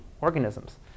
organisms